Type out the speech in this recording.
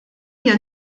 ejja